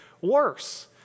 worse